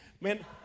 man